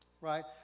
Right